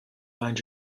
find